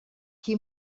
qui